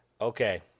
Okay